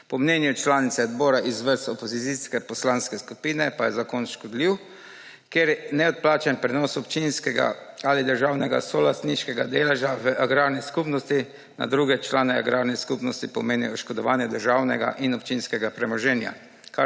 Po mnenju članice odbora iz vrst opozicijske poslanske skupine pa je zakon škodljiv, ker neodplačan prenos občinskega ali državnega solastniškega deleža v agrarni skupnosti na druge člane agrarne skupnosti pomeni oškodovanje državnega in občinskega premoženja,